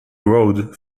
road